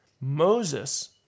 Moses